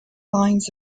lines